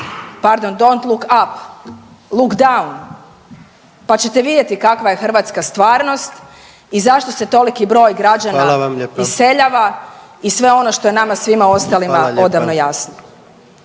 pardon dont look up, look down pa ćete vidjeti kakva je hrvatska stvarnost i zašto se toliki broj građana …/Upadica predsjednik: Hvala vam lijepa./… iseljava i sve ono što je nama svima ostalima odavno jasno.